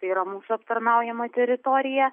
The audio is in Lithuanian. tai yra mūsų aptarnaujama teritorija